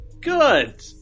Good